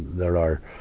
there are,